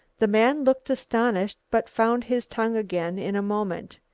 the man looked astonished but found his tongue again in a moment.